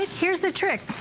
here is the trick,